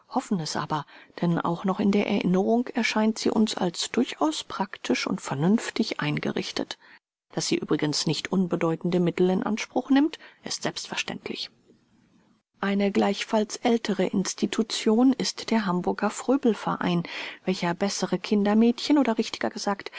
hoffen es aber denn auch noch in der erinnerung erscheint sie uns als durchaus practisch und vernünftig eingerichtet daß sie übrigens nicht unbedeutende mittel in anspruch nimmt ist selbstverständlich eine gleichfalls ältere institution ist der hamburger fröbel verein welcher bessere kindermädchen oder richtiger gesagt